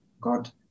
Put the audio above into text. God